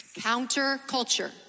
Counterculture